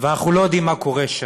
ואנחנו לא יודעים מה קורה שם.